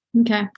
Okay